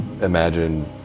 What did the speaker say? imagine